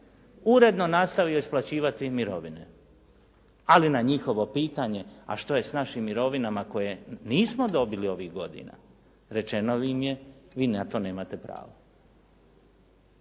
uredno nastavio isplaćivati mirovine. Ali na njihovo pitanje: "A što je s našim mirovinama koje nismo dobili ovih godina?" rečeno im je: "Vi na to nemate prava."